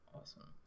Awesome